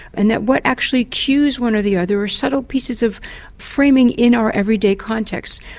and that what actually cues one or the other are subtle pieces of framing in our everyday context.